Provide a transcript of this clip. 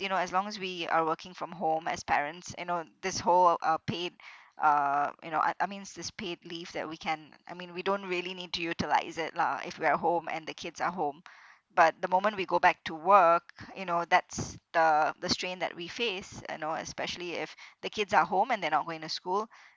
you know as long as we are working from home as parents you know this whole uh paid uh you know I I means this paid leave that we can I mean we don't really need to utilise it lah if we're at home and the kids are home but the moment we go back to work you know that's the the strain that we face you know especially if the kids are home and they're not going to school